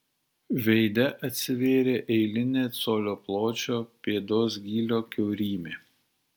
veide atsivėrė eilinė colio pločio pėdos gylio kiaurymė